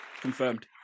confirmed